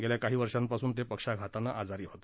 गेल्या काही वर्षांपासून ते पक्षाघातानं आजारी होते